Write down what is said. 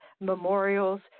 memorials